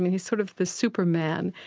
he's sort of the superman,